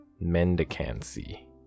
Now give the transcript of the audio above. mendicancy